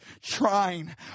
trying